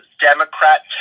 Democrat